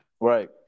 Right